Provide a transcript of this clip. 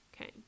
Okay